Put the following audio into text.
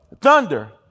Thunder